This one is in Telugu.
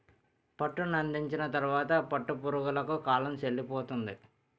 పట్టునందించిన తరువాత పట్టు పురుగులకు కాలం సెల్లిపోతుంది